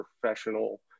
professional